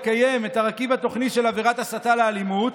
לקיים את הרכיב התוכני של עבירת הסתה לאלימות.